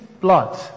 blood